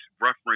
reference